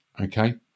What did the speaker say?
okay